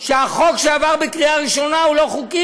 שהחוק שעבר בקריאה ראשונה הוא לא חוקי,